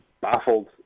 baffled